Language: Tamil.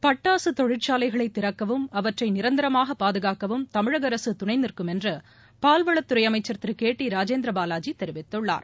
பட்டாசு தொழிற்சாலைகளை திறக்கவும் அவற்றை நிரந்தரமாக பாதுகாக்கவும் தமிழக அரசு துணை நிற்கும் என்று பால்வளத்துறை அமைச்சர் திரு கே டி ராஜேந்திர பாலாஜி தெரிவித்துள்ளார்